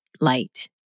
light